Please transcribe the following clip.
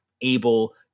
able